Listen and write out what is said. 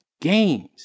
games